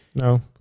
No